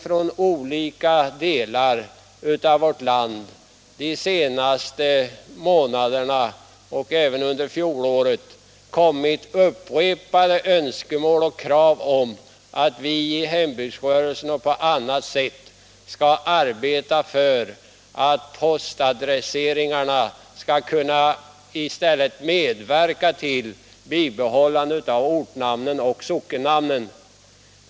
Från olika delar av vårt land har under de senaste månaderna och även under fjolåret kommit upprepade önskemål om och krav på att vi inom hembygdsrörelsen och på annat sätt skall arbeta för att postadresseringen i stället skall kunna medverka till ett bibehållande av ortnamnen och sockennamnen.